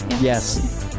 Yes